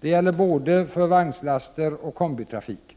Det gäller både för vagnslaster och kombitrafik.